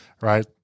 right